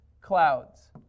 clouds